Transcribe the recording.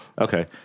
okay